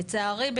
לצערי,